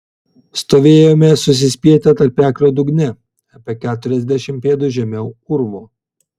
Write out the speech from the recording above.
stovėjome susispietę tarpeklio dugne apie keturiasdešimt pėdų žemiau urvo